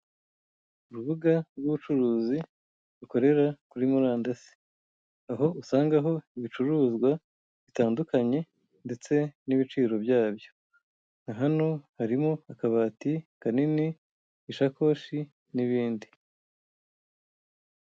Urubuga rw'ubucuruzi rukorera kuri murandasi, aho usangaho ibicuruzwa bitandukanye ndetse n'ibiciro byabyo, hano harimo akabati kanini, ishakoshi n'ibindi.